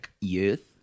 youth